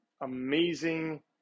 amazing